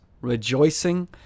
Rejoicing